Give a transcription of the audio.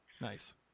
Nice